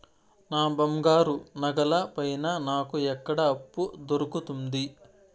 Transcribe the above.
నా బంగారు నగల పైన నాకు ఎక్కడ అప్పు దొరుకుతుంది